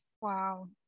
Wow